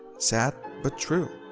sad, but true.